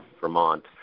Vermont